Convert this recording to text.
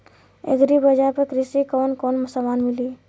Agri बाजार पर कृषि के कवन कवन समान मिली?